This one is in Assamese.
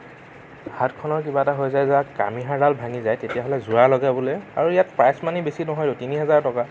হাতখনৰ কিবা এটা হৈ যায় বা কামিহাড়ডাল ভাঙি যায় জোৰা লগাবলৈ আৰু ইয়াত প্ৰাইজ মানি বেছি নহয়তো তিনি হাজাৰ টকা